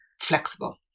flexible